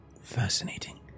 Fascinating